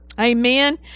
Amen